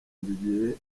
nzigiye